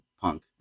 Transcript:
punk